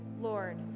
Lord